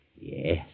Yes